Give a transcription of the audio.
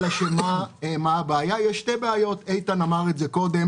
אלא יש שתי בעיות איתן פרנס אמר את זה קודם